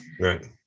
Right